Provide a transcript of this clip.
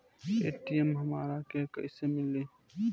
ATM हमरा के कइसे मिली?